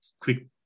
quick